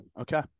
Okay